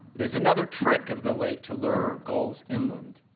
it is another trick of the lake to lure gulls inland.